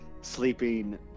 sleeping